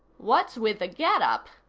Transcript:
what's with the getup?